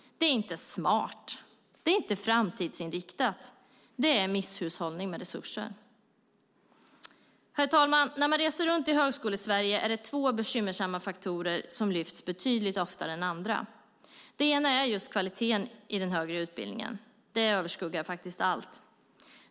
Det är inte smart. Det är inte framtidsinriktat. Det är misshushållning med resurser. Herr talman! När man reser runt i Högskolesverige är det två bekymmersamma faktorer som lyfts betydligt oftare än andra. Det ena är kvaliteten i den högre utbildningen. Det överskuggar allt.